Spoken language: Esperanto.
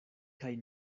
kaj